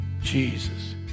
Jesus